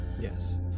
Yes